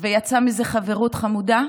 ויצאה מזה חברות חמודה?